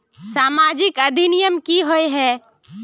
सामाजिक अधिनियम की होय है?